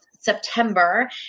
September